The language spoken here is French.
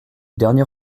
dernier